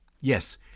Yes